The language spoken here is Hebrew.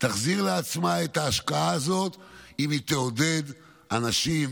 תחזיר לעצמה את ההשקעה הזאת אם היא תעודד אנשים,